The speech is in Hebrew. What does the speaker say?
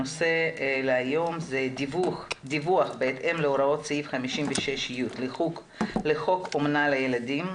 הנושא היום הוא דיווח בהתאם להוראות סעיף 56(י) לחוק אומנה לילדים,